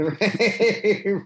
right